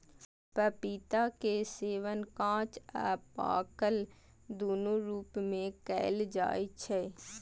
पपीता के सेवन कांच आ पाकल, दुनू रूप मे कैल जाइ छै